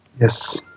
Yes